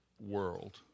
world